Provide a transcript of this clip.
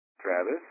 Travis